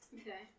Okay